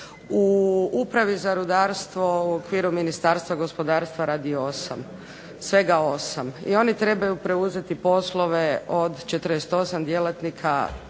U Upravi za rudarstvo u okviru Ministarstva gospodarstva radi 8, svega 8, i oni trebaju preuzeti poslove od 48 djelatnika